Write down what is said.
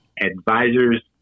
advisors